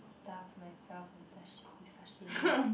stuff myself with sashi~ sashimi